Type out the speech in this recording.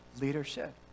leadership